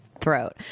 throat